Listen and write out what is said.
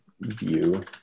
view